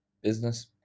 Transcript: business